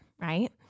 right